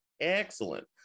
Excellent